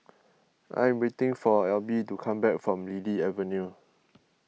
I am waiting for Alby to come back from Lily Avenue